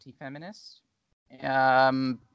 anti-feminist